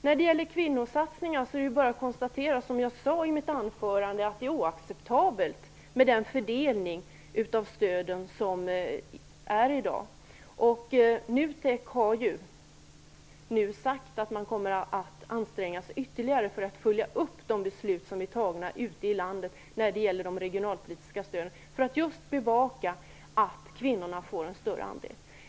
När det gäller kvinnosatsningar är det bara att konstatera, som jag sade i mitt anförande, att det är oacceptabelt med den fördelning av stöden som är i dag. NUTEK har nu sagt att man kommer att anstränga sig ytterligare för att följa upp de beslut som är fattade ute i landet när det gäller de regionalpolitiska stöden för att bevaka att kvinnorna får en större andel.